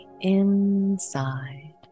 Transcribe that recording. inside